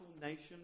nation